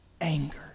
anger